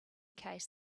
case